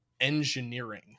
engineering